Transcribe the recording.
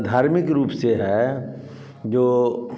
धार्मिक रूप से है जो